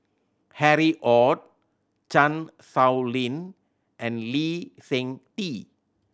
Harry Ord Chan Sow Lin and Lee Seng Tee